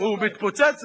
הוא מתפוצץ בשבת.